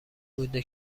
بوده